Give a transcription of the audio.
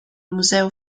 museo